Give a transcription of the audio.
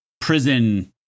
prison